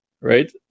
right